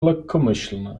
lekkomyślne